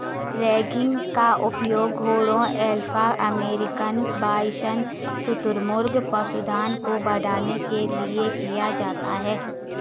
ranking का उपयोग घोड़ों एल्क अमेरिकन बाइसन शुतुरमुर्ग पशुधन को बढ़ाने के लिए किया जाता है